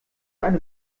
eine